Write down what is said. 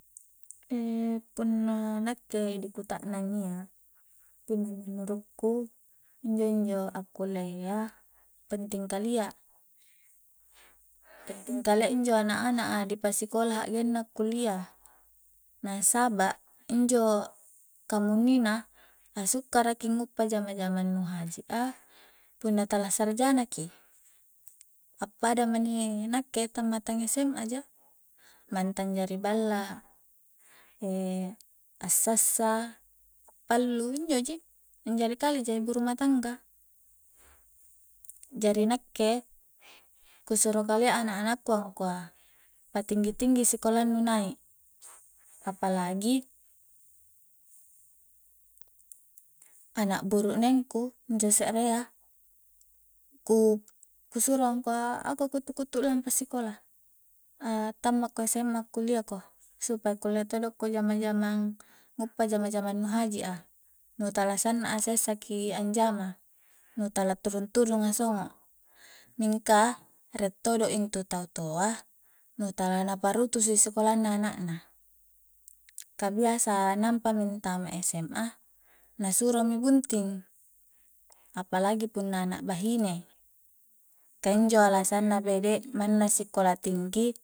punna nakke di kutaknang iya punna menurukku injo-injo akkulia iya penting kalia penting kalia injo anak-anak a di pasikola hakgenna kullia na saba' injo kamunnina asukkara ki nguppa jamang-jamang nu haji a punna tala sarjana ki appada ma inni nakke tammatang sma ja mantang ja di balla sassa, a pallu injo ji anjari kale ja ibu rumah tangga jari nakke ku suro kalia anak-anakku angkua patinggi-tinggi sikolannu naik apalagi anak burukneng ku injo se'rea ku ku-ku suro angkua ako kuttu-kuttu a'lampa sikola a tamma ko sma kullia ko supaya kulle todo ko jama-jamang nguppa jama-jamang nu haji a, nu tala sanna a sessa ki anjama, nu tala turung-turunga songok, mingka rie todo intu tau toa nu tala na parutusui sikollana anak na ka biasa nampa mi antama sma na suro mi bunting apalagi punna anak bahine ka injo alasanna bede' manna sikola tinngi